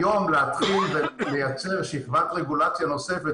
היום להתחיל ולייצר שכבת רגולציה נוספת,